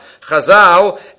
Chazal